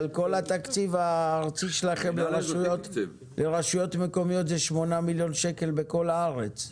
כל התקציב הארצי שלכם לרשויות מקומיות הוא שמונה מיליון שקל בכל הארץ.